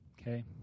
Okay